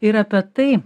ir apie tai